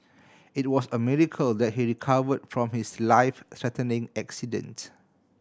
it was a miracle that he recovered from his life threatening accident